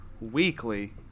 weekly